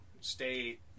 state